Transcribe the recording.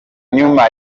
nyuma